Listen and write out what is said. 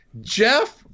Jeff